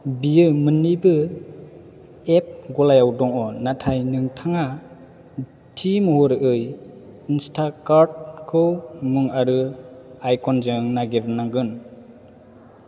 बेयो मोननैबो एप गलायाव दङ नाथाय नोंथाङा थि महरै इनस्टाकार्टखौ मुं आरो आइकनजों नागिरनांगोन